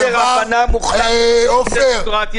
חוסר הבנה מוחלט --- עופר,